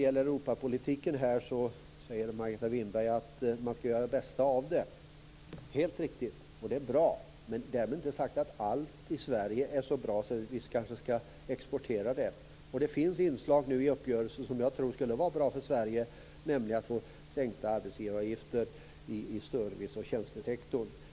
Margareta Winberg säger att man skall göra det bästa av Europapolitiken. Det är helt riktigt och bra. Men därmed är det inte sagt att allt i Sverige är så bra att det går att exportera. Det finns inslag i uppgörelsen som skulle vara bra för Sverige, nämligen sänkta arbetsgivaravgifter i service och tjänstesektorn.